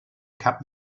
cap